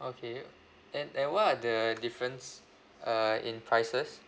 okay then and what are the difference uh in prices